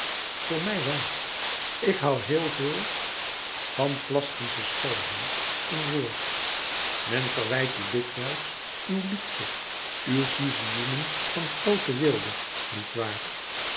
voor mij wel ik hoû heel veel van plastische schoonheid in woord men verwijt u dikwijls uw luxe uw vizioenen van groote weelde niet waar